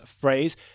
phrase